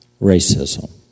racism